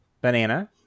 banana